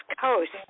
Coast